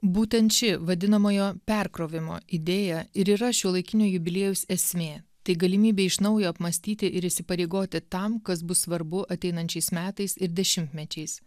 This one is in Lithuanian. būtent ši vadinamojo perkrovimo idėja ir yra šiuolaikinio jubiliejaus esmė tai galimybė iš naujo apmąstyti ir įsipareigoti tam kas bus svarbu ateinančiais metais ir dešimtmečiais